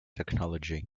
technology